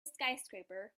skyscraper